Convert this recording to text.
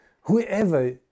whoever